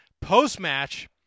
Post-match